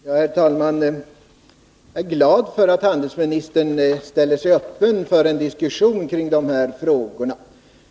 Herr talman! Jag är glad över att handelsministern är öppen för en diskussion om de här frågorna.